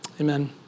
amen